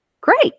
Great